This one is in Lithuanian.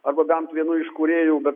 arba bent vienu iš kūrėjų bet